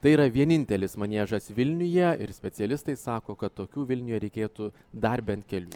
tai yra vienintelis maniežas vilniuje ir specialistai sako kad tokių vilniuje reikėtų dar bent kelių